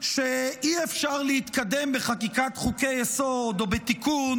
שאי-אפשר להתקדם בחקיקת חוקי-יסוד או בתיקון,